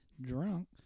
Drunk